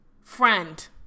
Friend